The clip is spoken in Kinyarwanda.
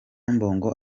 mbungo